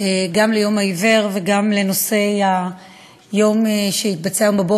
גם ליום העיוור וגם לנושא שעלה היום הבוקר,